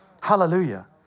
Hallelujah